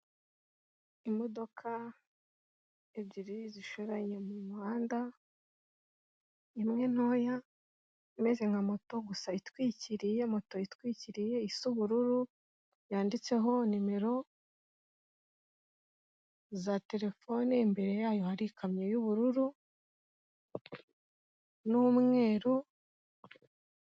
Imodoka ebyiri zishoreraye mu muhanda, imwe ntoya imeze nka moto gusa itwikiriye, moto itwikiriye isi ubururu yanditseho nimero za terefone, imbere yayo hari ikamyo y'ubururu n'umweru.